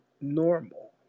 normal